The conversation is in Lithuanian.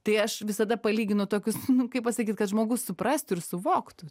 tai aš visada palyginu tokius kaip pasakyt kad žmogus suprastų ir suvoktų